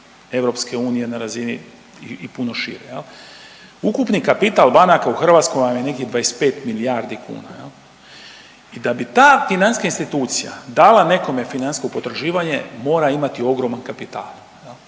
razini EU, na razini i puno šire jel, ukupni kapital banaka u Hrvatskoj vam je negdje 25 milijardi kuna jel i da bi ta financijska institucija dala nekome financijsko potraživanje mora imati ogroman kapital jel.